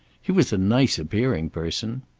he was a nice appearing person.